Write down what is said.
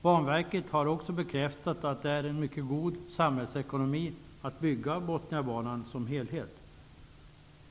Banverket har bekräftat att det är mycket god samhällsekonomi att bygga Bothniabanan som helhet.